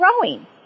growing